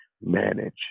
manage